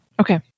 Okay